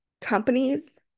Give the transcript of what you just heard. companies